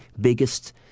biggest